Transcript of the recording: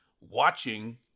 watching